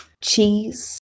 cheese